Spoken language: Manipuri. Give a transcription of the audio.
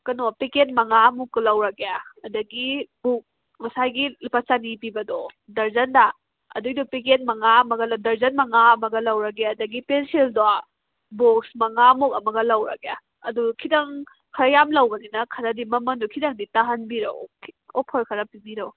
ꯀꯩꯅꯣ ꯄꯦꯀꯦꯠ ꯃꯉꯥꯃꯨꯛꯀ ꯂꯧꯔꯒꯦ ꯑꯗꯨꯗꯒꯤ ꯕꯨꯛ ꯉꯁꯥꯏꯒꯤ ꯂꯨꯄꯥ ꯆꯅꯤ ꯄꯤꯕꯗꯣ ꯗꯔꯖꯟꯗ ꯑꯗꯨꯒꯤꯗꯨ ꯄꯦꯀꯦꯠ ꯃꯉꯥ ꯑꯃꯒ ꯗꯔꯖꯟ ꯃꯉꯥ ꯑꯃꯒ ꯂꯧꯔꯒꯦ ꯑꯗꯨꯗꯒꯤ ꯄꯦꯟꯁꯤꯜꯗꯣ ꯕꯣꯛꯁ ꯃꯉꯥꯃꯨꯛ ꯑꯃꯒ ꯂꯧꯔꯒꯦ ꯑꯗꯨ ꯈꯤꯇꯪ ꯈꯔ ꯌꯥꯝ ꯂꯧꯕꯅꯤꯅ ꯈꯔꯗꯤ ꯃꯃꯟꯗꯣ ꯈꯤꯇꯪꯗꯤ ꯇꯥꯍꯟꯕꯤꯔꯛꯎ ꯑꯣꯐꯔ ꯈꯔ ꯄꯤꯕꯤꯔꯛꯑꯣ